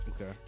Okay